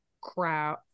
crowd